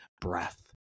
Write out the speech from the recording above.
breath